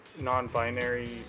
non-binary